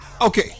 Okay